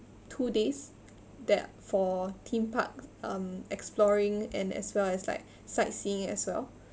two days that for theme park um exploring and as well as like sightseeing as well